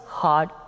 hard